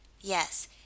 Yes